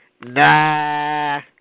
Nah